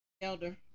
Elder